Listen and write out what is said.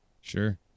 Sure